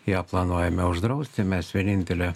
ją planuojame uždrausti mes vienintelė